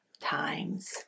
times